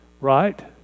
right